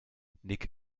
nick